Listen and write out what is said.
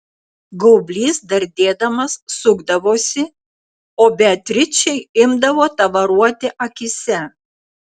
gaublys dardėdamas sukdavosi o beatričei imdavo tavaruoti akyse